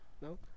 No